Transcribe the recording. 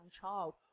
child